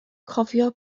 cofio